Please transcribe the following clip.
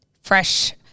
fresh